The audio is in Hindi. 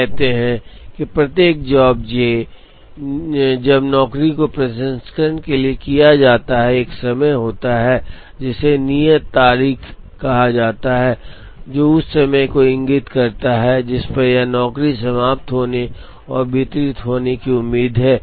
तो हम कहते हैं कि प्रत्येक जॉब j जब नौकरी को प्रसंस्करण के लिए लिया जाता है एक समय होता है जिसे नियत तारीख कहा जाता है जो उस समय को इंगित करता है जिस पर यह नौकरी समाप्त होने और वितरित होने की उम्मीद है